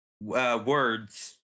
Words